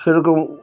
সে রকম